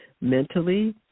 mentally